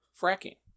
fracking